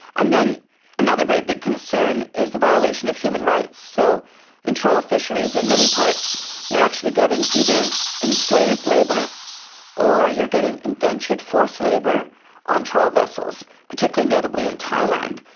and then another very big concern is the violation of human rights. so in trawl fisheries in many parts you are actually getting either enslaved labour or you are getting indentured forced labour on trawl vessels, particularly notably in thailand.